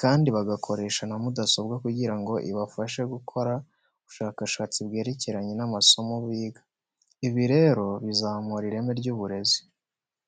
kandi bagakoresha na mudasobwa kugira ngo ibafasha gukora ubushakashatsi bwerekeranye n'amasomo biga. Ibi rero bizazamura ireme ry'uburezi.